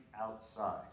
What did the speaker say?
outside